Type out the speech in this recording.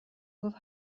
گفت